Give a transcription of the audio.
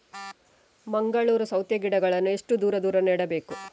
ಮಂಗಳೂರು ಸೌತೆ ಗಿಡಗಳನ್ನು ಎಷ್ಟು ದೂರ ದೂರ ನೆಡಬೇಕು?